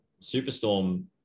Superstorm